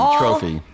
trophy